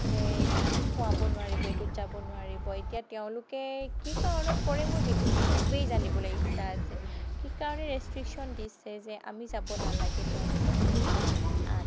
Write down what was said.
যে এইটো খুৱাব নোৱাৰিব এইটোত যাব নোৱাৰিব এতিয়া তেওঁলোকে কি কাৰণত কৰে মোৰ সেইটো খুবেই জানিবলৈ ইচ্ছা আছে কি কাৰণে ৰেষ্ট্ৰিকশ্য়ন দিছে যে আমি যাব নালাগে তেওঁলোকৰ সেইখিনি এৰিয়াত